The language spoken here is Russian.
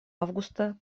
августа